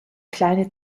kleine